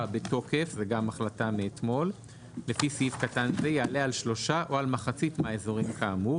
בתוקף לפי סעיף קטן זה יעלה על שלושה או על מחצית מהאזורים כאמור,